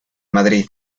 madrid